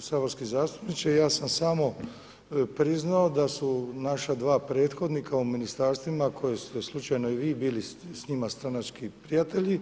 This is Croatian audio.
Uvaženi saborski zastupniče, ja sam samo priznao da su naša dva prethodnika u ministarstvima koje ste slučajno i vi bili s njima stranački prijatelji,